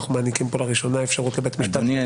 אנחנו מעניקים כאן לראשונה אפשרות לבית משפט --- אדוני,